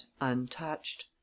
untouched